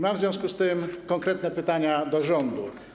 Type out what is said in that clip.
Mam w związku z tym konkretne pytania do rządu.